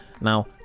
Now